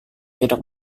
tidak